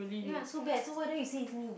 ya so bad so why don't you said it's me